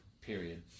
Period